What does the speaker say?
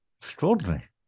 Extraordinary